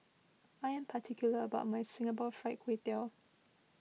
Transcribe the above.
I am particular about my Singapore Fried Kway Tiao